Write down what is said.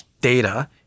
data